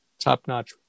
top-notch